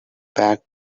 back